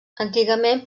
antigament